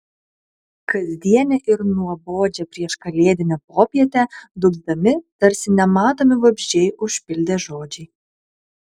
kasdienę ir nuobodžią prieškalėdinę popietę dūgzdami tarsi nematomi vabzdžiai užpildė žodžiai